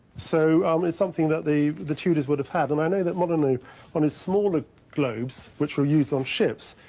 so um it's something that the the tudors would have had, and i know that molyneux on his smaller globes, which were used on ships,